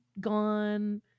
gone